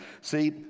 See